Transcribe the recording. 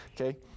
okay